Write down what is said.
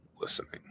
listening